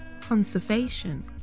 conservation